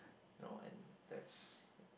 no one that's